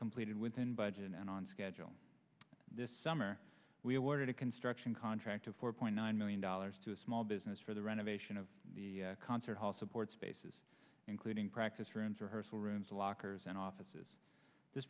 completed within budget and on schedule this summer we awarded a construction contract of four point nine million dollars to a small business for the renovation of the concert hall support spaces including practice rooms for her school rooms lockers and offices this